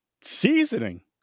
Seasoning